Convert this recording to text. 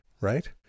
right